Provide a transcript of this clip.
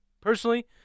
Personally